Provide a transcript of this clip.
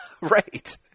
right